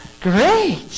great